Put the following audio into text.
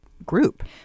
group